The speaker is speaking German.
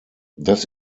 das